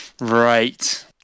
Right